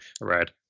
right